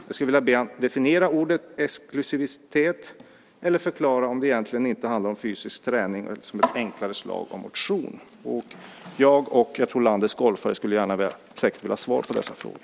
Jag skulle vilja be honom definiera ordet exklusivitet och förklara om det inte handlar om fysisk träning eller enklare slag av motion. Jag och, tror jag, landets golfare skulle gärna vilja ha svar på dessa frågor.